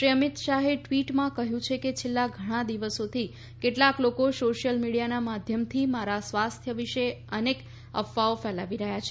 શ્રી અમિત શાહે ટવીટમાં કહ્યું છે કે છેલ્લા ઘણા દિવસોથી કેટલાક લોકો સોશિયલ મિડીયાના માધ્યમથી મારા સ્વાસ્થ્ય વિશે અનેક મનઘડત અફવાઓ ફેલાવી રહ્યાં છે